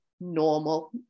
Normal